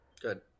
Good